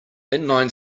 inline